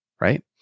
Right